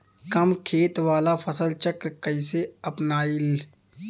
कम खेत वाला फसल चक्र कइसे अपनाइल?